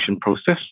process